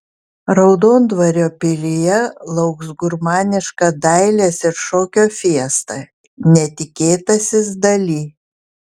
raudondvario pilyje lauks gurmaniška dailės ir šokio fiesta netikėtasis dali